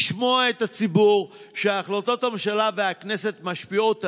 לשמוע את הציבור שהחלטות הממשלה והכנסת משפיעות עליו,